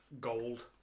gold